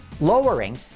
lowering